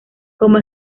como